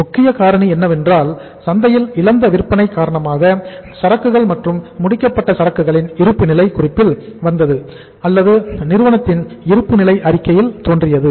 முக்கியமான காரணி என்னவென்றால் சந்தையில் இழந்த விற்பனை காரணமாக சரக்குகள் மற்றும் முடிக்கப்பட்ட சரக்குகளின் இருப்புநிலை குறிப்பில் வந்தது அல்லது நிறுவனத்தின் இருப்புநிலை அறிக்கையில் தோன்றியது